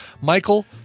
Michael